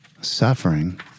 suffering